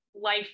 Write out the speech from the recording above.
life